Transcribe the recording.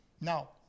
Now